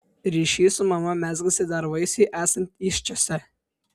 ryšys su mama mezgasi dar vaisiui esant įsčiose